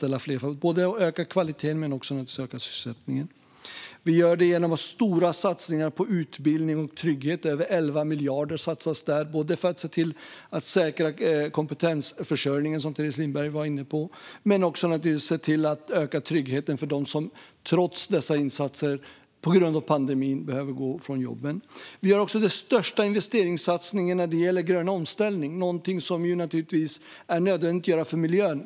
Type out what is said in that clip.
Då ökar man både kvaliteten och sysselsättningen. Vi gör det genom våra stora satsningar på utbildning och trygghet. Över 11 miljarder satsas, både för att se till att säkra kompetensförsörjningen, som Teres Lindberg var inne på, och för att se till att öka tryggheten för dem som trots dessa insatser på grund av pandemin behöver gå ifrån jobben. Vi gör också den största investeringssatsningen när det gäller grön omställning. Det är naturligtvis nödvändigt för miljön.